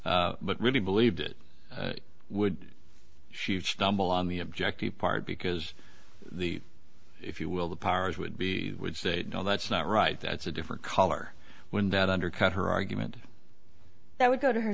but really believed it would she have stumbled on the objective part because the if you will the powers would be would say no that's not right that's a different color when that undercut her argument that would go to her